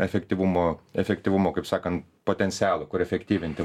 efektyvumo efektyvumo kaip sakan potencialo kur efektyvinti